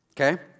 okay